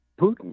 Putin